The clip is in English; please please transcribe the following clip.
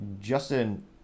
Justin